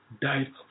died